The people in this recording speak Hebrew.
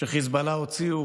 שחיזבאללה הוציאו